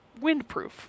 windproof